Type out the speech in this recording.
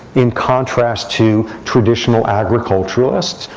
in contrast to traditional agriculturalists,